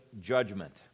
judgment